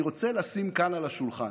אני רוצה לשים כאן על השולחן